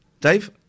Dave